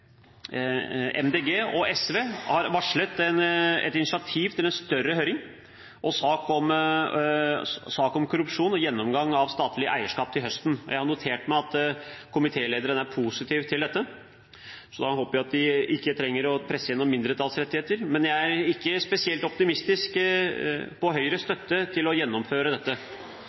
Grønne og SV har varslet et initiativ til en større høring og sak om korrupsjon og gjennomgang av statlig eierskap til høsten. Jeg har notert meg at komitélederen er positiv til dette, så da håper jeg at vi ikke trenger å presse gjennom mindretallsrettigheter. Men jeg er ikke spesielt optimistisk når det gjelder Høyres støtte til å gjennomføre dette.